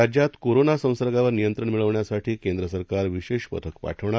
राज्यातकोरोनासंसर्गावरनियंत्रणमिळवण्यासाठीकेंद्रसरकारविशेषपथकपाठवणार